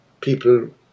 People